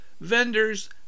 vendors